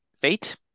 fate